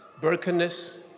brokenness